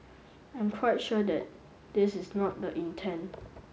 I'm quite sure that this is not the intent